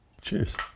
cheers